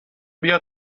بیا